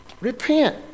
repent